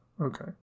Okay